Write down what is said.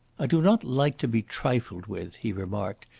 i do not like to be trifled with, he remarked,